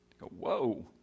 Whoa